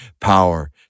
power